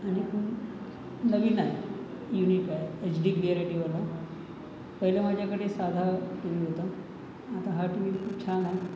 आणि खूप नवीन आहे यूनिक आहे एच डी क्लियरिटीवाला पहिला माझ्याकडे साधा टी व्ही होता आता हा टी व्ही खूप छान आहे